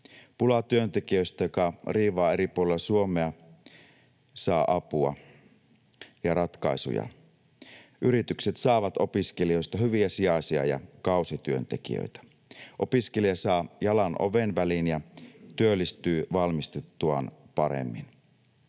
Pula työntekijöistä, joka riivaa eri puolilla Suomea, saa apua ja ratkaisuja. Yritykset saavat opiskelijoista hyviä sijaisia ja kausityöntekijöitä. Opiskelija saa jalan oven väliin ja työllistyy valmistuttuaan paremmin.